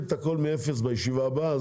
הכול מאפס בישיבה הבאה.